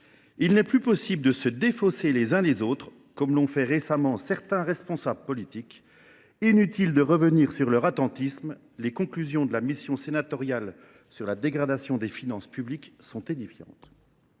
Il n’est plus possible de se défausser les uns sur les autres, comme l’ont fait récemment certains responsables politiques. Inutile de revenir sur leur attentisme : les conclusions de la mission d’information sénatoriale sur la dégradation des finances publiques depuis 2023 sont édifiantes.